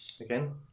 again